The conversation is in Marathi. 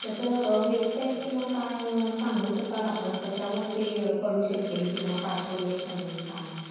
त्याचं वेबसाईट किंवा काय सांगू शकाल आपण कशावर ते कळू शकेल किंवा पाठवलं आहे का नाही काय